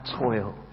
toil